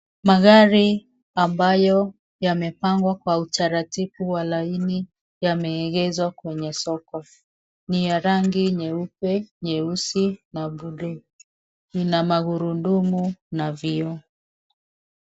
Magari ambayo yamepangwa kwa utaratibu wa laini yameegezwa kwenye soko. Ni ya rangi nyeupe nyeusi na buluu. Ina magurudumu na vioo.